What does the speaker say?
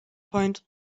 point